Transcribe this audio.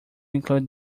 include